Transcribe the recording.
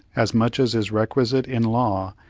as much as is requisite in law,